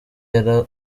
yari